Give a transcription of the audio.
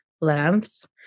lamps